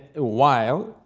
while,